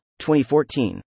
2014